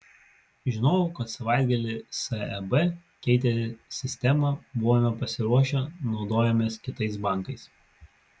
žinojau kad savaitgalį seb keitė sistemą buvome pasiruošę naudojomės kitais bankais